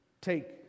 take